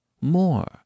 More